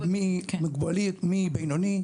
ממוגבלות בינוני,